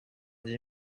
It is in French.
dix